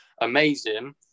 amazing